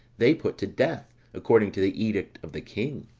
they put to death, according to the edict of the king.